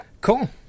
cool